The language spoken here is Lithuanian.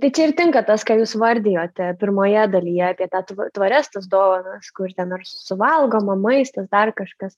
tai čia ir tinka tas ką jūs vardijote pirmoje dalyje apie tą tvarias tas dovanas kur ten ar suvalgoma maistas dar kažkas